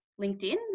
LinkedIn